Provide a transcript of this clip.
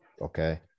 okay